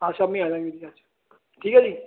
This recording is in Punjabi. ਆਸ਼ਾਮੀ ਆ ਜਾ ਠੀਕ ਹੈ ਜੀ